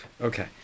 Okay